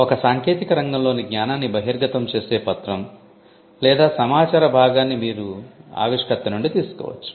ఒక సాంకేతిక రంగంలోని జ్ఞానాన్ని బహిర్గతం చేసే పత్రం లేదా సమాచార భాగాన్ని మీరు ఆవిష్కర్త నుండి తీసుకోవచ్చు